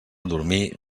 dormir